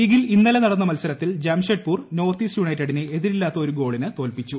ലീഗിൽ ഇന്നലെ നടന്ന മാത്സരത്തിൽ ജംഷഡ്പൂർ നോർത്ത് ഈസ്റ് യുണൈറ്റഡിനെ എതിരില്ലാത്ത ഒരു ഗോളിന് തോൽപ്പിച്ചു